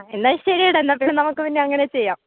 എന്നാൽ ശരിയടാ എന്നാൽപ്പിന്നെ നമുക്ക് പിന്നെങ്ങനെ ചെയ്യാം